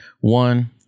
one